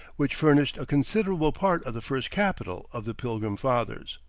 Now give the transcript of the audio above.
which furnished a considerable part of the first capital of the pilgrim fathers.